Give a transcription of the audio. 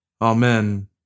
Amen